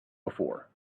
before